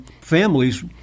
families